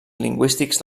lingüístics